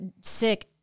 sick